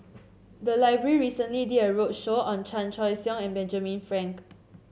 the library recently did a roadshow on Chan Choy Siong and Benjamin Frank